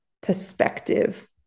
perspective